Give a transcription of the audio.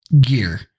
gear